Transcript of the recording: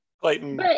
Clayton